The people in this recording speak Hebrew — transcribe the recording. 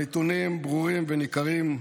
הנתונים ברורים וניכרים,